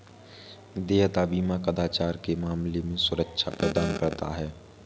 देयता बीमा कदाचार के मामले में सुरक्षा प्रदान करता है